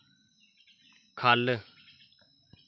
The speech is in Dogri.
ख'ल्ल